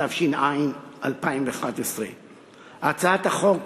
התשע"א 2011. הצעת החוק